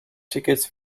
tickets